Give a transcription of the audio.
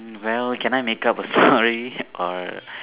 well can I make up a story or